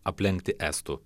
aplenkti estų